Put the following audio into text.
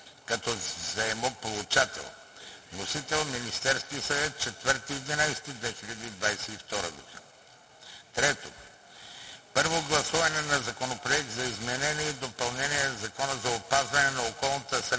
като заемополучател. Вносител – Министерският съвет на 4 ноември 2022 г. 3. Първо гласуване на Законопроекта за изменение и допълнение на Закона за опазване на околната среда.